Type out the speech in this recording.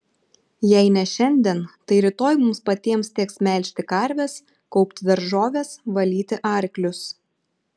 jei ne šiandien tai rytoj mums patiems teks melžti karves kaupti daržoves valyti arklius